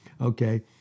okay